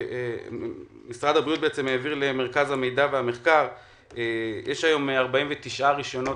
משרד הבריאות העביר למרכז המידע והמחקר רשימה של 49 רישיונות